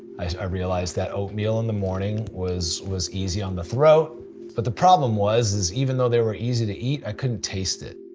i realized that oatmeal in the morning was was easy on the throat but the problem was is even though they were easy to eat, i couldn't taste it.